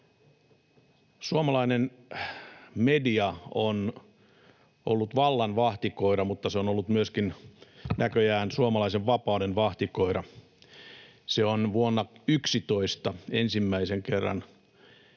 Suomalainen media on ollut vallan vahtikoira, mutta se on ollut näköjään myöskin suomalaisen vapauden vahtikoira. Se on vuonna 2011 ensimmäisen kerran